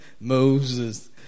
Moses